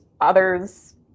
others